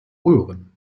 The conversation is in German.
röhren